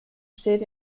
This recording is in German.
steht